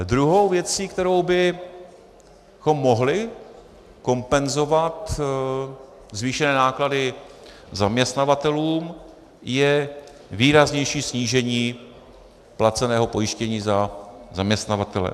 Druhou věcí, kterou bychom mohli kompenzovat zvýšené náklady zaměstnavatelům, je výraznější snížení placeného pojištění za zaměstnavatele.